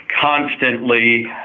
constantly